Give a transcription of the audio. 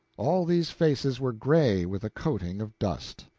all these faces were gray with a coating of dust.